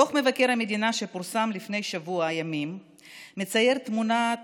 דוח מבקר המדינה שפורסם לפני שבוע ימים מצייר תמונת